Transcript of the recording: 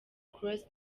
cross